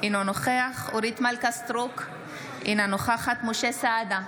אינו נוכח אורית מלכה סטרוק, אינה נוכחת משה סעדה,